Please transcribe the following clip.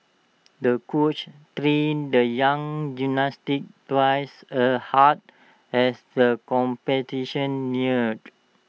the coach trained the young gymnast twice as hard as the competition neared